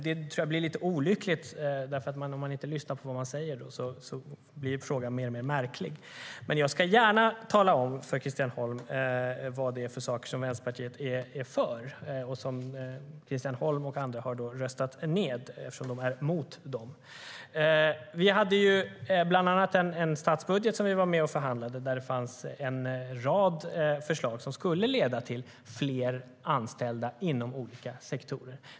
Det blir lite olyckligt, för om man inte lyssnar på vad som sägs blir frågan mer och mer märklig. Men jag ska gärna tala om för Christian Holm vilka saker Vänsterpartiet är för och som Christian Holm och andra har röstat ned, eftersom de är emot dem. Vi hade bland annat en statsbudget som vi var med och förhandlade fram, där det fanns en rad förslag som skulle leda till fler anställda inom olika sektorer.